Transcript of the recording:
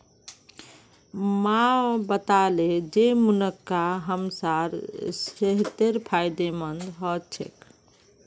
माँ बताले जे मुनक्का हमसार सेहतेर फायदेमंद ह छेक